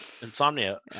insomnia